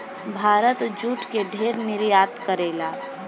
Bharat jute के ढेर निर्यात करेला